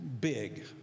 big